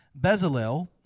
Bezalel